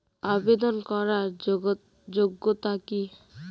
আবেদন করার যোগ্যতা কি?